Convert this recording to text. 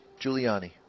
Giuliani